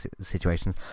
situations